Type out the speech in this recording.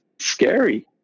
scary